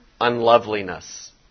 unloveliness